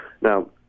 now